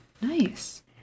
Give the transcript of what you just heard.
Nice